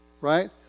Right